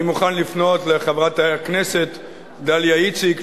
אני מוכן לפנות לחברת הכנסת דליה איציק,